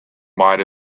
might